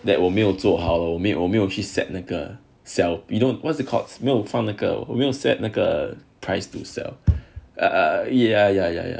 that 我没有做好没有去 set 那个 self you know what's the called 没有放那个 price to sell err ya ya ya ya